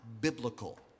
biblical